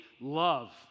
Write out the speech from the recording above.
love